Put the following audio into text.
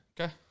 Okay